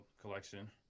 collection